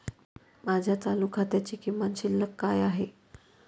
माझ्या चालू खात्याची किमान शिल्लक काय आहे?